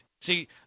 See